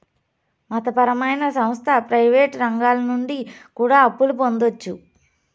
మత పరమైన సంస్థ ప్రయివేటు రంగాల నుండి కూడా అప్పులు పొందొచ్చు